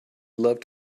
loved